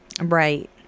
Right